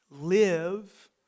Live